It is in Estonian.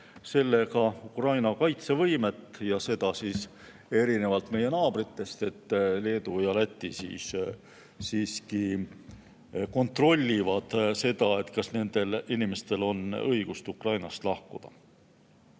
sellega Ukraina kaitsevõimet ja seda erinevalt meie naabritest. Leedu ja Läti siiski kontrollivad, kas nendel inimestel on õigust Ukrainast lahkuda.